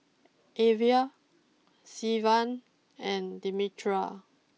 Alver Sylvan and Demetria